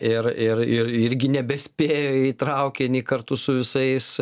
ir ir ir irgi nebespėja į traukinį kartu su visais